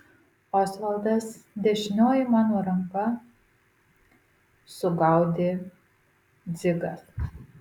osvaldas dešinioji mano ranka sugaudė dzigas